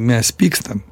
mes pykstam